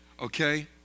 okay